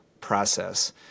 process